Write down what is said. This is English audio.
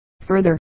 further